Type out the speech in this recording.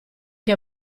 che